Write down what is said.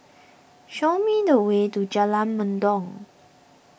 show me the way to Jalan Mendong